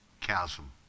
chasm